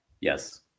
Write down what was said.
Yes